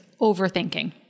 overthinking